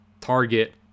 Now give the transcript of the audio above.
target